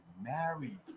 married